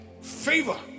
favor